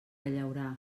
llaurar